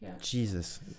Jesus